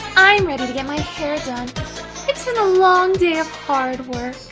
i'm ready to get my hair done. it's been a long day of hard work.